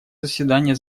заседание